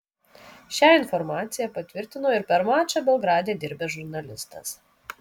šią informacija patvirtino ir per mačą belgrade dirbęs žurnalistas